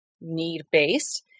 need-based